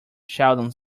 sheldon